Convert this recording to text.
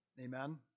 Amen